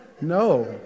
No